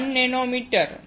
1 nanometre